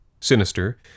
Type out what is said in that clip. sinister